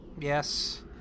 Yes